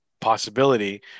possibility